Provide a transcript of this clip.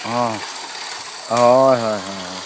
ᱦᱮᱸ ᱦᱚᱭ ᱦᱚᱭ ᱦᱚᱭ